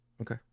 Okay